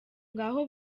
ngaho